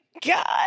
God